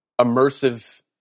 immersive